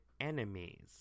enemies